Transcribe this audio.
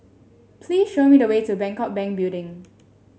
please show me the way to Bangkok Bank Building